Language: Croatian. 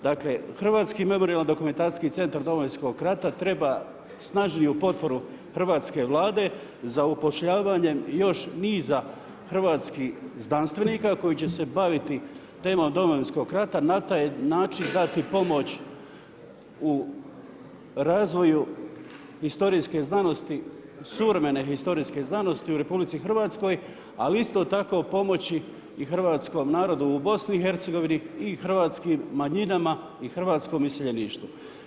Dakle, Hrvatski memorijalni dokumentacijski centar Domovinskog rata treba snažniju potporu Hrvatske vlade za upošljavanje još niza hrvatskih znanstvenika koji će se baviti tema Domovinskog rata i na taj način dati pomoć u razvoju historijske znanosti, suvremene historijske znanosti u RH, ali isto tako pomoći i hrvatskom narodu u BIH i hrvatskim manjinama i hrvatskom iseljeništvu.